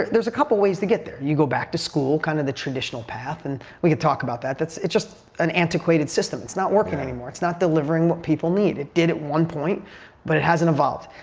there's a couple ways to get there. you go back to school, kind of the traditional path and we could talk about that. that's just an antiquated system. it's not working any more. it's not delivering what people need. it did at one point but it hasn't evolved.